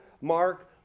Mark